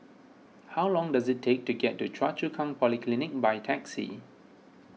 how long does it take to get to Choa Chu Kang Polyclinic by taxi